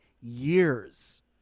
years